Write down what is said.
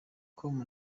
com